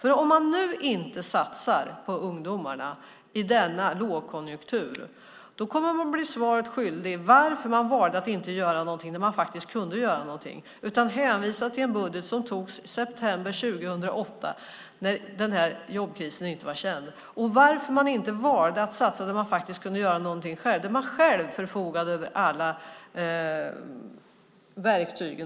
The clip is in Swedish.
Om regeringen inte satsar på ungdomarna nu i denna lågkonjunktur kommer den att bli svaret skyldig när det gäller varför man valde att inte göra någonting när man faktiskt kunde göra någonting. Regeringen hänvisar i stället till en budget som togs i september 2008, när jobbkrisen inte var känd. Varför valde man inte att satsa där man faktiskt kunde göra någonting själv, där man själv förfogade över alla verktyg?